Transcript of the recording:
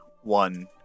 one